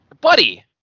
Buddy